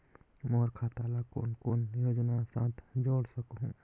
मोर खाता ला कौन कौन योजना साथ जोड़ सकहुं?